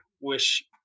wish